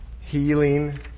healing